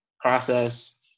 process